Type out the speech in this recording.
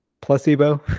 placebo